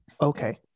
okay